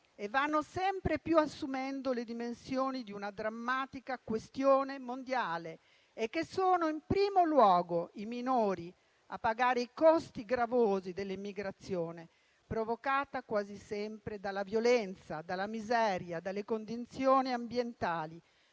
e vanno sempre più assumendo le dimensioni di una drammatica questione mondiale e che sono in primo luogo i minori a pagare i costi gravosi dell'emigrazione, provocata quasi sempre dalla violenza, dalla miseria, dalle condizioni ambientali,